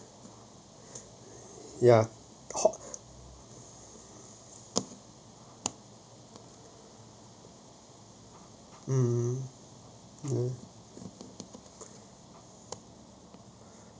ya uh uh